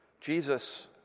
Jesus